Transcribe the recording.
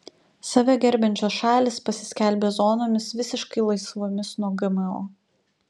save gerbiančios šalys pasiskelbė zonomis visiškai laisvomis nuo gmo